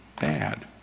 bad